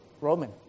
Roman